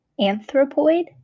Anthropoid